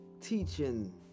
teaching